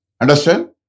Understand